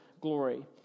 glory